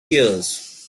years